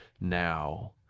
now